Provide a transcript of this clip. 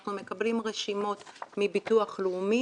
אנחנו מקבלים רשימות מביטוח לאומי